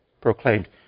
proclaimed